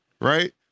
right